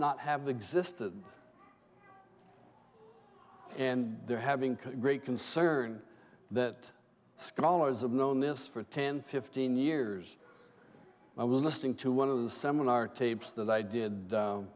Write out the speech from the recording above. not have the existed and they're having great concern that scholars have known this for ten fifteen years i was listening to one of the seminar tapes that i did